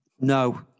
No